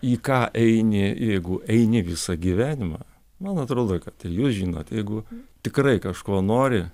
į ką eini jeigu eini visą gyvenimą man atrodo kad ir jūs žinote jeigu tikrai kažko nori